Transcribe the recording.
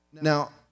Now